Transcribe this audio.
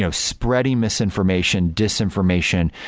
so spreading misinformation, disinformation,